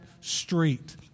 street